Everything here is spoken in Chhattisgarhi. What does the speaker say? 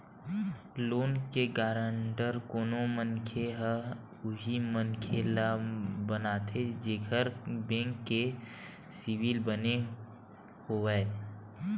लोन के गांरटर कोनो मनखे ह उही मनखे ल बनाथे जेखर बेंक के सिविल बने होवय